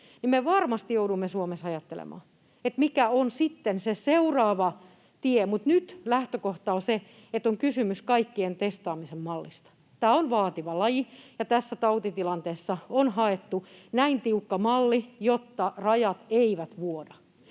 me varmasti joudumme Suomessa ajattelemaan, mikä on sitten se seuraava tie, mutta nyt lähtökohta on se, että on kysymys kaikkien testaamisen mallista. Tämä on vaativa laji, ja tässä tautitilanteessa on haettu näin tiukka malli, jotta rajat eivät vuoda.